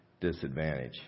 disadvantage